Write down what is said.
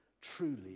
truly